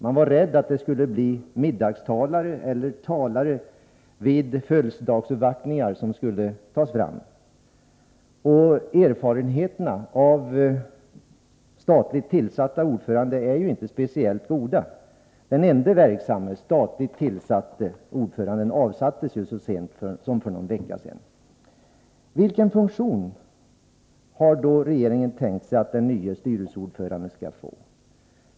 Man var rädd för: att det skulle bli middagstalare eller talare vid födelsedagsuppvaktningar som skulle komma att utses. Erfarenheterna av statligt tillsatta ordförande är ju inte speciellt goda. Den ende verksamme statligt tillsatte ordföranden avsattes ju så sent som för någon vecka sedan. Vilken funktion har då regeringen tänkt sig att den nye styrelseordföranden skall få?